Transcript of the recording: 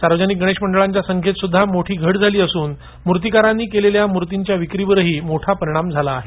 सार्वजनिक गणेश मंडळाच्या संख्येत सुध्दा मोठी घट झाली असुन मुर्तीकारांनी केलेल्या मुर्तीच्या विक्रीवर ही मोठा परिणाम झाला आहे